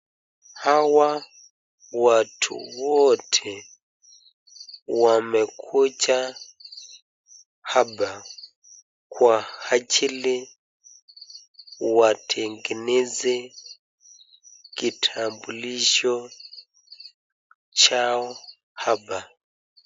Hawa watu wote wamekuja hapa kwa ajili watengeneze kitambulisho chao hapa.